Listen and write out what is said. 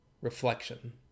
reflection